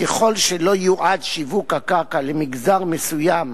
ככל שלא יועד שיווק הקרקע למגזר מסוים